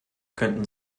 könnten